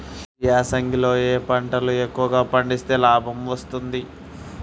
ఈ యాసంగి లో ఏ పంటలు ఎక్కువగా పండిస్తే లాభం వస్తుంది?